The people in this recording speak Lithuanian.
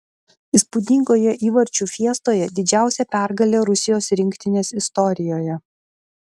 įspūdingoje įvarčių fiestoje didžiausia pergalė rusijos rinktinės istorijoje